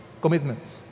commitments